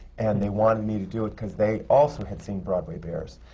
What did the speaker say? and they wanted me to do it, because they also had seen broadway bares.